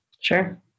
Sure